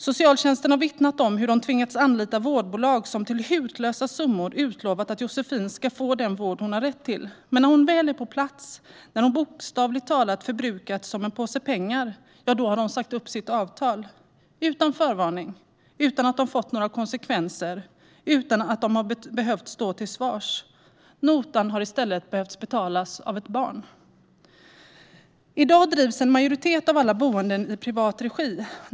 Socialtjänsten har vittnat om hur man tvingats anlita vårdbolag som till hutlösa summor utlovat att Josefin ska få den vård hon har rätt till. Men när hon väl är på plats, när hon förbrukats som en påse pengar har de sagt upp sitt avtal - utan förvarning, utan att det har fått några konsekvenser, utan att de har behövt stå till svars. Notan har i stället betalats av ett barn. I dag drivs en majoritet av alla boenden i privat regi.